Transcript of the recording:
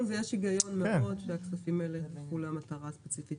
ויש היגיון נכון שהכספים האלה יילכו למטרה הספציפית